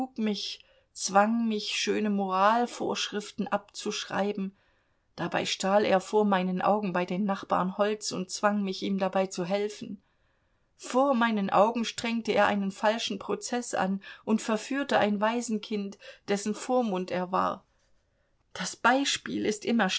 mich zwang mich schöne moralvorschriften abzuschreiben dabei stahl er vor meinen augen bei den nachbarn holz und zwang mich ihm dabei zu helfen vor meinen augen strengte er einen falschen prozeß an und verführte ein waisenkind dessen vormund er war das beispiel ist immer